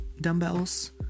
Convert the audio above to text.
dumbbells